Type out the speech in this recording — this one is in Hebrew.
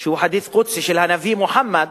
שהוא חדית' קודסי של הנביא מוחמד,